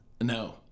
No